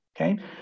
Okay